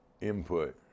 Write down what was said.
input